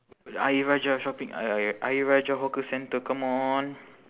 ayer rajah shopping ayer ayer ayer rajah hawker centre come on